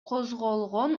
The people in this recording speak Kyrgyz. козголгон